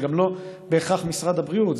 זה גם לא בהכרח משרד הבריאות,